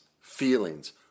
feelings